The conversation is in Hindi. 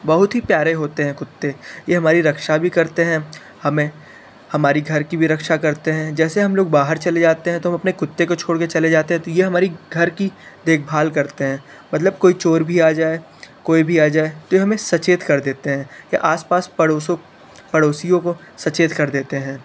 बहुत ही प्यारे होते हैं कुत्ते ये हमारी रक्षा भी करते हैं हमें हमारी घर की भी रक्षा करते हैं जैसे हम लोग बाहर चले जाते हैं तो हम अपने कुत्ते को छोड़ के चले जाते हैं तो यह हमारी घर की देखभाल करते हैं मतलब कोई चोर भी आ जाए कोई भी आ जाए तो ये हमें सचेत कर देते हैं या आस पास पड़ोसों पड़ोसियों को सचेत कर देते हैं